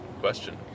question